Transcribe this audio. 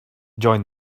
join